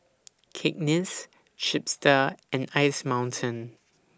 Cakenis Chipster and Ice Mountain